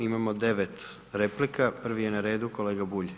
Imamo 9 replika, prvi je na redu kolega Bulj.